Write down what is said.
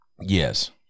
yes